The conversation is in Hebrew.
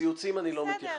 ציוצים אני לא מתייחס.